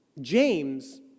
James